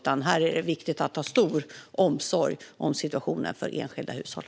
Här är det viktigt att ha stor omsorg om situationen för enskilda hushåll.